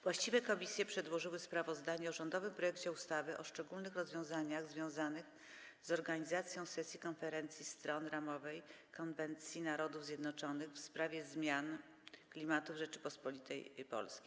Właściwe komisje przedłożyły sprawozdanie o rządowym projekcie ustawy o szczególnych rozwiązaniach związanych z organizacją sesji Konferencji Stron Ramowej konwencji Narodów Zjednoczonych w sprawie zmian klimatu w Rzeczypospolitej Polskiej.